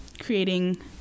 creating